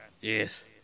Yes